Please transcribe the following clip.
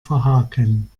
verhaken